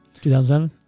2007